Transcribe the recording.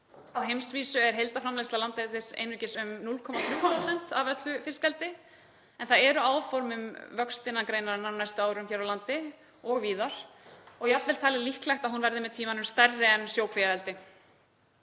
Á heimsvísu er heildarframleiðsla landeldis einungis um 0,3% af öllu fiskeldi en það eru áform um vöxt innan greinarinnar á næstu árum hér á landi og víðar og jafnvel talið líklegt að hún verði með tímanum stærri en sjókvíaeldi.